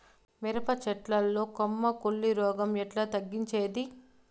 మిరప చెట్ల లో కొమ్మ కుళ్ళు రోగం ఎట్లా తగ్గించేది?